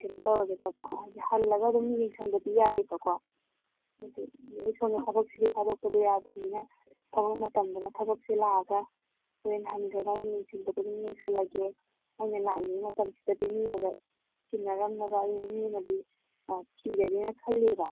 ꯀꯩꯅꯣ ꯇꯧꯔꯒꯦ ꯇꯧꯕ ꯍꯥꯏꯗꯤ ꯍꯜꯂꯒ ꯑꯗꯨꯝ ꯌꯦꯡꯁꯤꯟꯕꯗꯤ ꯌꯥꯏꯌꯦꯕꯀꯣ ꯑꯗꯣ ꯊꯕꯛꯁꯤꯗꯤ ꯊꯥꯗꯣꯛꯄꯗꯤ ꯌꯥꯗꯃꯤꯅ ꯊꯕꯛ ꯃꯇꯝꯗꯅ ꯊꯕꯀꯁꯦ ꯂꯥꯛꯑꯒ ꯍꯣꯔꯦꯟ ꯍꯟꯈꯠꯒ ꯑꯩꯅ ꯌꯦꯡꯁꯤꯟꯕꯗꯨ ꯑꯗꯨꯃ ꯌꯦꯡꯁꯤꯜꯂꯒꯦ ꯑꯩꯅ ꯂꯥꯛꯏꯉꯩ ꯃꯇꯝꯁꯤꯗꯗꯤ ꯃꯤꯅꯒ ꯁꯤꯟꯅꯔꯝꯅꯕ ꯑꯩ ꯃꯤ ꯑꯃꯗꯤ ꯊꯤꯔꯒꯦꯅ ꯈꯜꯂꯤꯕ